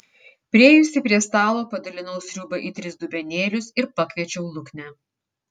priėjusi prie stalo padalinau sriubą į tris dubenėlius ir pakviečiau luknę